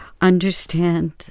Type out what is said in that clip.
understand